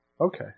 Okay